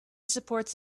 supports